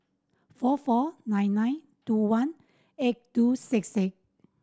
four four nine nine two one eight two six six